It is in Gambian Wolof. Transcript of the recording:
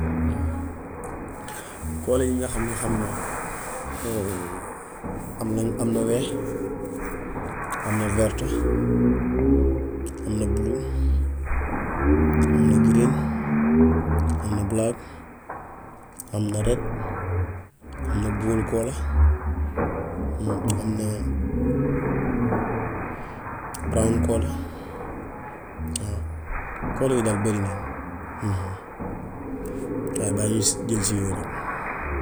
Koola yi nga xam ne ham na am nañ am na weex, am na verte, am na blue, am na green, am na black, am na red, am na gold koola, am na brown koola. Koola yi daal barinañ. Waaye bàyyil ñu jël si yooyu rekk.